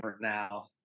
now